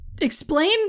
explain